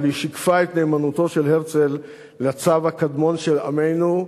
אבל היא שיקפה את נאמנותו של הרצל לצו הקדמון של עמנו,